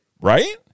Right